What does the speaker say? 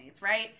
right